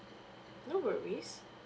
no worries